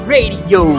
Radio